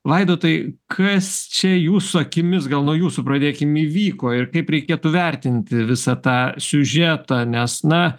vaidotai kas čia jūsų akimis gal nuo jūsų pradėkim įvyko ir kaip reikėtų vertinti visą tą siužetą nes na